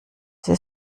sie